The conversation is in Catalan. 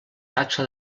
taxa